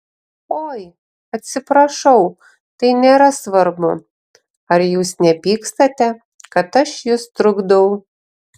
oi atsiprašau tai nėra svarbu ar jūs nepykstate kad aš jus trukdau